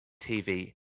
TV